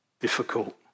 difficult